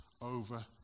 over